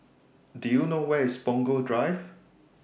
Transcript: Do YOU know Where IS Punggol Drive